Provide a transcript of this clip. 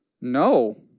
No